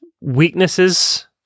weaknesses